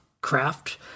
craft